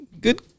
Good